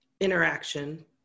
interaction